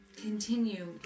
continue